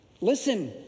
Listen